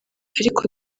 ariko